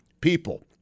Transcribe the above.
people